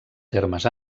termes